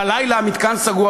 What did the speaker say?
ובלילה המתקן סגור?